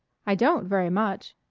i don't very much.